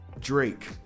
Drake